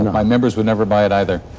and my members would never buy it either.